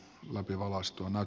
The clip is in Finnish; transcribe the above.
näyttäisi siltä